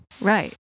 Right